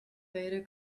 vader